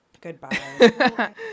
goodbye